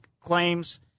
claims